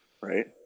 Right